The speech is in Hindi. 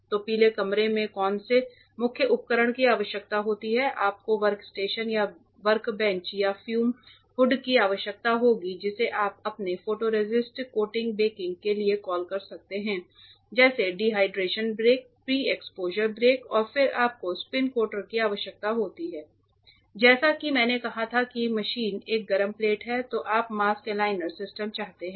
तो पीले कमरे में कौन से मुख्य उपकरण की आवश्यकता होगी आपको वर्कस्टेशन या वर्कबेंच या फ्यूम हुड की आवश्यकता होगी जिसे आप अपने फोटोरेसिस्ट कोटिंग बेकिंग के लिए कॉल कर सकते हैं जैसे dehydration bake pre exposure bake और फिर आपको स्पिन कोटर की आवश्यकता होती है जैसा कि मैंने कहा था कि मशीन एक गर्म प्लेट है तो आप मास्क एलाइनर सिस्टम चाहते हैं